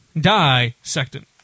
dissecting